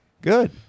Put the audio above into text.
Good